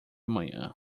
manhã